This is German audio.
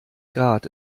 grad